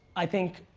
i think,